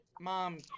mom